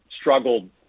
struggled